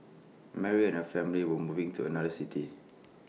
Mary and her family were moving to another city